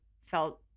felt